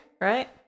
right